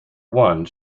one